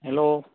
hello